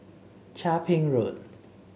Chia Ping Road